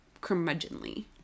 curmudgeonly